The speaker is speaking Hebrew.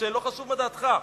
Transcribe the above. לא חשוב מה דעתך,